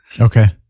Okay